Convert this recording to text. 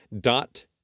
Dot